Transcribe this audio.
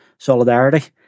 solidarity